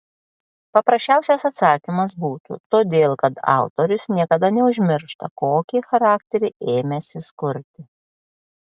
paprasčiausias atsakymas būtų todėl kad autorius niekada neužmiršta kokį charakterį ėmęsis kurti